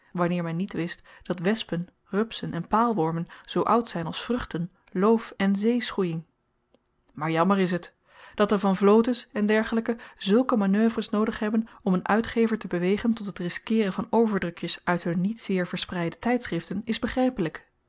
wanneer men niet wist dat wespen rupsen en paalwormen zoo oud zyn als vruchten loof en zeeschoejing maar jammer is t dat de van vlotens e d zulke manoeuvres noodig hebben om n uitgever te bewegen tot het riskeeren van overdrukjes uit hun niet zeer verspreide tydschriften is